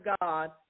God